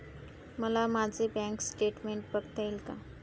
मला माझे bank statement बघता येईल का?